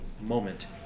moment